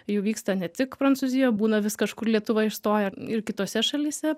jų vyksta ne tik prancūzijoje būna vis kažkur lietuva įstoja ir kitose šalyse